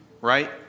right